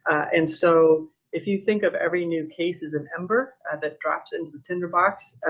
and so if you think of every new case as of ember that drops into the tinderbox,